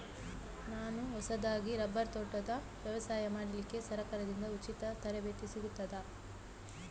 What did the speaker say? ನಾನು ಹೊಸದಾಗಿ ರಬ್ಬರ್ ತೋಟದ ವ್ಯವಸಾಯ ಮಾಡಲಿಕ್ಕೆ ಸರಕಾರದಿಂದ ಉಚಿತ ತರಬೇತಿ ಸಿಗುತ್ತದಾ?